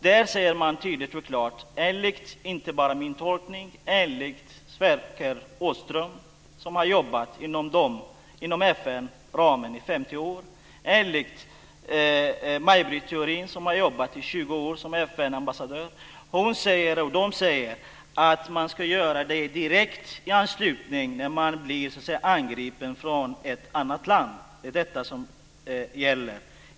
Där sägs det tydligt och klart enligt Sverker Åström, som har jobbat inom FN-ramen i 50 år, och Maj Britt Theorin, som har jobbat i 20 år som FN-ambassadör, att man ska göra detta i direkt anslutning till att man blir angripen av ett annat land - det är inte bara min tolkning. Det är detta som gäller.